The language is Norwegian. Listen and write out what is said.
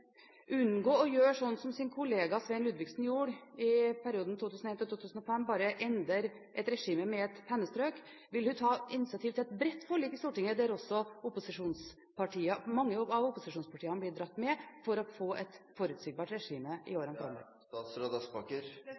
unngå å gjøre det hennes kollega Svein Ludvigsen gjorde i perioden 2001–2005, bare endre et regime med et pennestrøk? Vil hun ta initiativ til et bredt forlik i Stortinget, der også mange av opposisjonspartiene blir dratt med, for å få et forutsigbart regime i årene